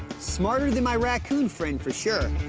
smarter than my raccoon friend, for sure.